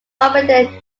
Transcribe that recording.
barbadian